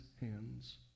hands